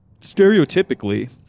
stereotypically